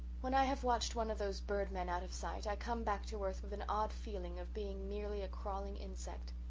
when i have watched one of those bird-men out of sight i come back to earth with an odd feeling of being merely a crawling insect.